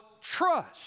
trust